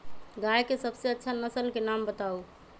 गाय के सबसे अच्छा नसल के नाम बताऊ?